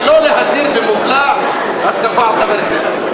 ולא להתיר במובלע התקפה על חבר כנסת.